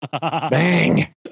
Bang